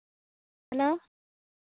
hello